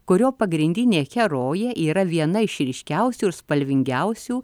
kurio pagrindinė herojė yra viena iš ryškiausių ir spalvingiausių